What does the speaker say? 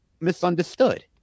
misunderstood